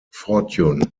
fortune